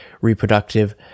reproductive